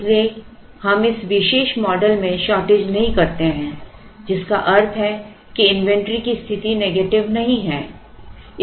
इसलिए हम इस विशेष मॉडल में शॉर्टेज नहीं करते हैं जिसका अर्थ है कि इन्वेंट्री की स्थिति नेगेटिव नहीं है